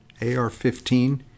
AR-15